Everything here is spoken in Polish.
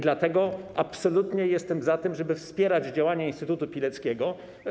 Dlatego absolutnie jestem za tym, żeby wspierać działania instytutu Pileckiego.